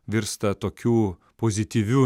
virsta tokių pozityviu